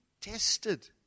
tested